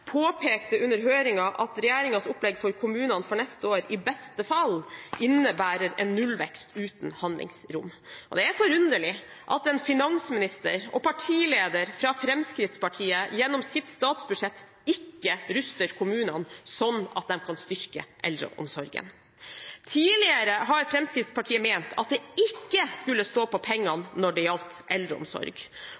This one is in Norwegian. påpekte under høringen at regjeringens opplegg for kommunene for neste år i beste fall innebærer en nullvekst uten handlingsrom. Det er forunderlig at en finansminister og partileder fra Fremskrittspartiet gjennom sitt statsbudsjett ikke ruster kommunene slik at de kan styrke eldreomsorgen. Tidligere har Fremskrittspartiet ment at det ikke skulle stå på pengene